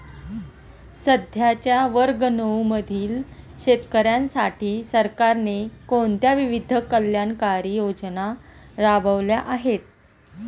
सध्याच्या वर्ग नऊ मधील शेतकऱ्यांसाठी सरकारने कोणत्या विविध कल्याणकारी योजना राबवल्या आहेत?